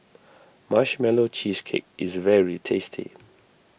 Marshmallow Cheesecake is very tasty